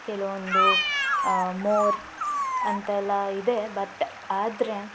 ಕೆಲವೊಂದು ಮೋರ್ ಅಂತ ಎಲ್ಲ ಇದೆ ಬಟ್ ಆದರೆ